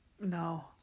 No